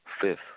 Fifth